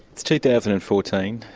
it's two thousand and fourteen,